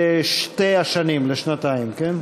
לשתי השנים, לשנתיים, כן?